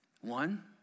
One